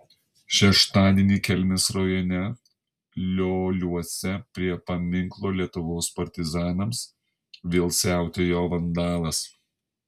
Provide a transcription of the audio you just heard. šeštadienį kelmės rajone lioliuose prie paminklo lietuvos partizanams vėl siautėjo vandalas